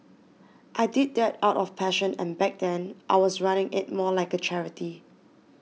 I did that out of passion and back then I was running it more like a charity